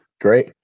great